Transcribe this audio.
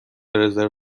رزرو